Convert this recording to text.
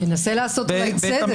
ינסה לעשות אולי צדק.